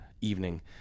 evening